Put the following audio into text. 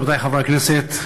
רבותי חברי הכנסת,